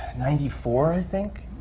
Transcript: ninety four, i think?